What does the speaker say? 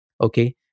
Okay